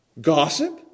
Gossip